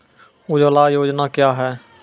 उजाला योजना क्या हैं?